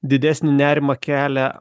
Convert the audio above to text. didesnį nerimą kelia